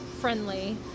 friendly